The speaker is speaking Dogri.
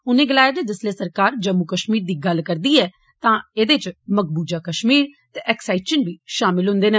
उनें गलाया जे जिसलै सरकार जम्मू कष्मीर दी गल्ल करदी ऐ तां एहदे च मकबूजा कष्मीर ते अक्साइचिन बी षामल हॉदे न